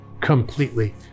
completely